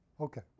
Okay